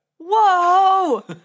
Whoa